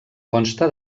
consta